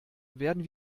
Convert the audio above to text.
werden